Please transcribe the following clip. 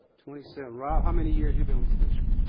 twenty seven. rob, how many years you been with the district?